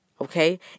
Okay